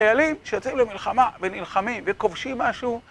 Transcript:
חיילים שיוצאים למלחמה ונלחמים וכובשים משהו